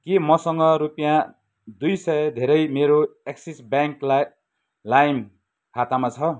के मसँग रुपियाँ दुई सय धेरै मेरो एक्सिस ब्याङ्क लाइम खातामा छ